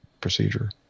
procedure